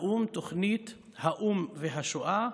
תוכנית האו"ם והשואה,